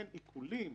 אין עיקולים,